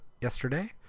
yesterday